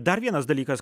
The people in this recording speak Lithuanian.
dar vienas dalykas